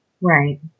Right